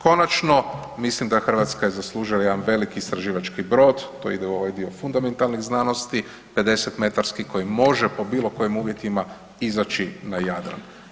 Konačno, mislim da Hrvatska zaslužuje jedan veliki istraživački brod, to ide u ovaj dio fundamentalnih znanosti, 50 metarski koji može po bilo kojim uvjetima izaći na Jadran.